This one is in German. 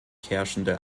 herrschende